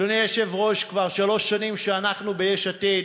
אדוני היושב-ראש, כבר שלוש שנים שאנחנו ביש עתיד